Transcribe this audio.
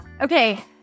Okay